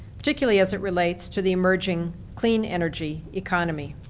particularly as it relates to the emerging clean energy economy.